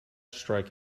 strike